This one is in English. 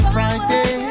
Friday